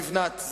השרה לבנת,